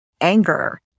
anger